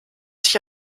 sich